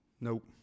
Nope